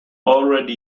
already